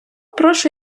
прошу